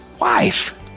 wife